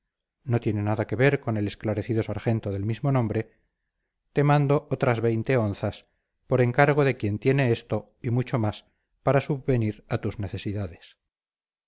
te interesará saber que por el capitán d teobaldo garcía no tiene nada que ver con el esclarecido sargento del mismo nombre te mando otras veinte onzas por encargo de quien tiene esto y mucho más para subvenir a tus necesidades